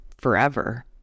forever